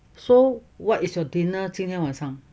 so what is your dinner 今天晚上